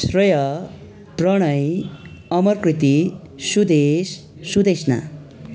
Shreya Pranay Amar Kriti Sudesh Sudeshna